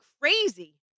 crazy